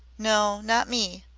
no, not me.